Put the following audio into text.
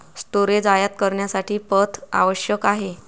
storage आयात करण्यासाठी पथ आवश्यक आहे